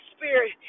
Spirit